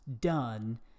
done